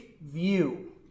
view